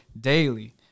daily